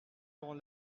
dans